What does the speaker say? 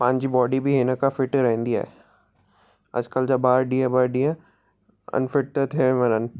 पंहिंजी बॉडी बि हिन खां फिट रहंदी आहे अॼुकल्ह जा ॿार ॾींहुं बि ॾींहुं अनफिट था थी वञनि